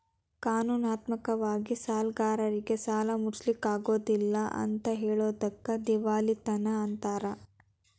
ಕಾನೂನಾತ್ಮಕ ವಾಗಿ ಸಾಲ್ಗಾರ್ರೇಗೆ ಸಾಲಾ ಮುಟ್ಟ್ಸ್ಲಿಕ್ಕಗೊದಿಲ್ಲಾ ಅಂತ್ ಹೆಳೊದಕ್ಕ ದಿವಾಳಿತನ ಅಂತಾರ